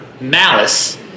malice